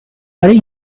برای